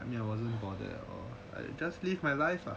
I mean I wasn't bothered like just leave my life lah